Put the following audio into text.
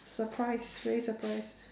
surprise very surprised